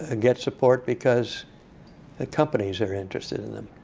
ah get support, because the companies are interested in them.